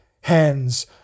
hands